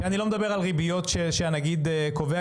שאני לא מדבר שהנגיד קובע,